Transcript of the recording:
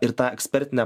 ir tą ekspertinę